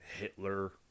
Hitler